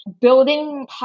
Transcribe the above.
Building